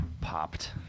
popped